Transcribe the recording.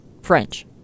French